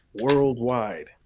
worldwide